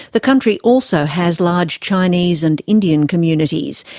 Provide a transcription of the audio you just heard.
the country also has large chinese and indian communities,